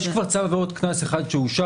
יש כבר צו עבירות הקנס אחד שאושר,